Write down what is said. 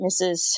Mrs